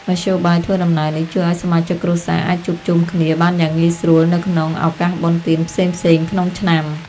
មធ្យោបាយធ្វើដំណើរនេះជួយឱ្យសមាជិកគ្រួសារអាចជួបជុំគ្នាបានយ៉ាងងាយស្រួលនៅក្នុងឱកាសបុណ្យទានផ្សេងៗក្នុងឆ្នាំ។